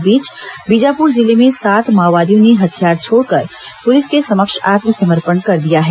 इस बीच बीजापुर जिले में सात माओवादियों ने हथियार छोड़कर पुलिस के समक्ष आत्समर्पण कर दिया है